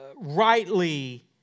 Rightly